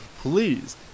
Please